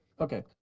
Okay